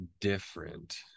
different